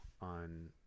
on